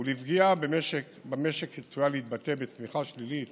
ולפגיעה במשק שצפויה להתבטא בצמיחה שלילית